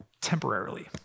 Temporarily